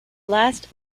last